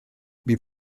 bydd